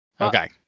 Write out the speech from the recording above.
Okay